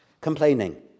complaining